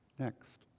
Next